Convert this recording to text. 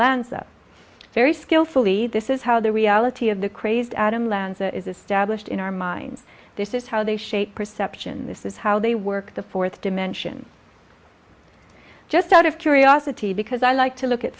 lanza very skillfully this is how the reality of the crazed adam lanza is established in our minds this is how they shape perception this is how they work the fourth dimension just out of curiosity because i like to look at